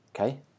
Okay